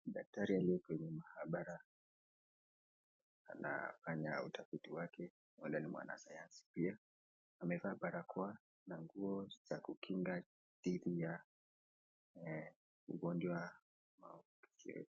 Daktari aliye kwenye maabara anafanya utafiti wake huenda ni mwana sayansi pia, amevaa barakoa na nguo za kukinga dhidi ya ugonjwa na maambukizi.